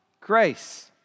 grace